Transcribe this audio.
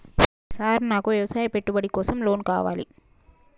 Sir నాకు వ్యవసాయ పెట్టుబడి కోసం లోన్ కావాలి?